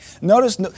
Notice